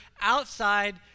outside